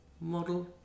model